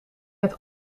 het